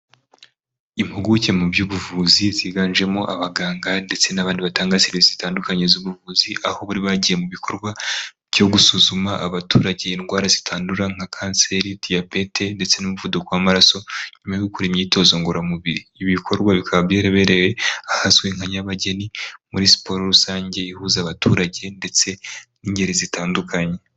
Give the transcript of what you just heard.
Impuguke mu by'ubuvuzi ziganjemo abaganga ndetse n'abandi batanga serivisi zitandukanye z'ubuvuzi aho bari bagiye mu bikorwa byo gusuzuma abaturage indwara zitandura nka kanseri diyabete ndetse n'umuvuduko w'amaraso nyuma yo gukora imyitozo ngororamubiri ibi bikorwa bikaba byabereye ahazwi nka nyabageni muri siporo rusange ihuza abaturage ndetse n'ingeri zitandukanye.